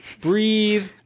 Breathe